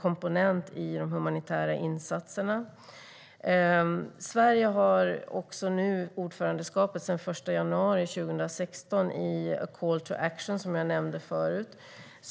komponent i de humanitära insatserna. Sverige har sedan den 1 januari ordförandeskapet 2016 i Call to Action, som jag tidigare nämnde.